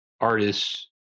artists